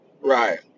right